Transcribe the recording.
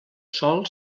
sòl